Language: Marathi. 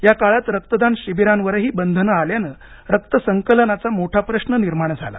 या काळात रक्तदान शिबिरांवरही बंधनं आल्यानं रक्तसंकलनाचा मोठा प्रश्न निर्माण झाला